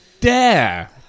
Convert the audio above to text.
dare